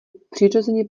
přirozeně